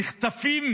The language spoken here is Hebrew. נחטפים